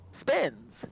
spins